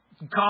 God